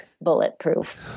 bulletproof